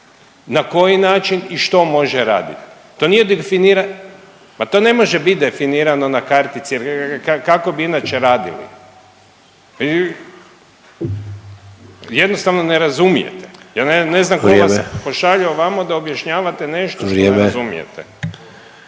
na koji način i što može radit. To nije definirano, pa to ne može bit definirano na kartici jer kako bi inače radili. Jednostavno ne razumijete. Ja ne …/Upadica Sanader: Vrijeme./…znam ko vas pošalje ovamo da objašnjavanje nešto …/Upadica